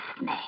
name